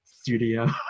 studio